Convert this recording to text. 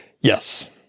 yes